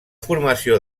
formació